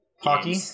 Hockey